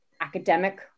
academic